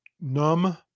numb